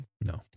No